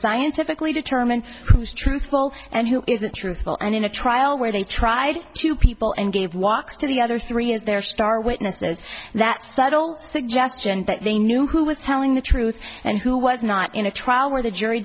scientifically determine who's truthful and who isn't truthful and in a trial where they tried to people and gave walks to the other three is their star witness is that subtle suggestion that they knew who was telling the truth and who was not in a trial where the jury